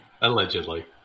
Allegedly